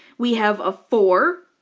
we have a four,